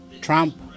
Trump